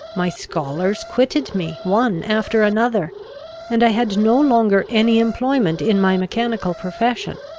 my scholars quitted me one after another and i had no longer any employment in my mechanical profession.